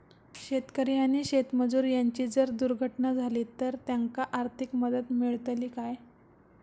शेतकरी आणि शेतमजूर यांची जर दुर्घटना झाली तर त्यांका आर्थिक मदत मिळतली काय?